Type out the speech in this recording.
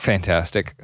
fantastic